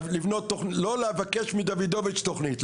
לא לבקש מדוידוביץ' תוכנית,